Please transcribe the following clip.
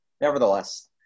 nevertheless